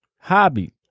Hobby